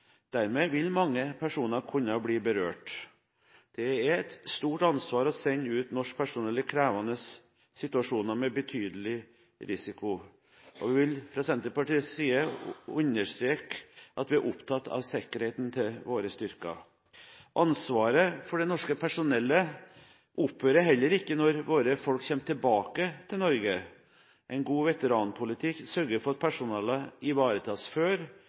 Dermed vil mange personer kunne bli berørt. Det er et stort ansvar å sende ut norsk personell i krevende situasjoner med betydelig risiko. Vi vil fra Senterpartiets side understreke at vi er opptatt av sikkerheten til våre styrker. Ansvaret for det norske personellet opphører heller ikke når våre folk kommer tilbake til Norge. En god veteranpolitikk sørger for at personellet ivaretas før,